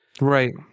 right